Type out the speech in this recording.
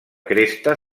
cresta